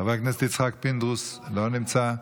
חבר הכנסת יצחק פינדרוס, לא נמצא,